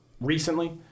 recently